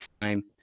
time